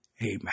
Amen